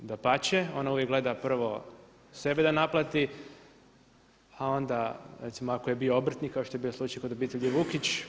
Dapače, ona uvijek gleda prvo sebe da naplati, a onda recimo ako je bio obrtnik kao što je bio slučaj kod obitelji Vukić.